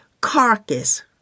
carcass